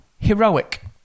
heroic